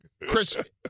Chris